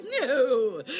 No